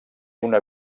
una